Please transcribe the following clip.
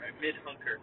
Mid-hunker